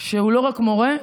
שהוא לא רק מורה,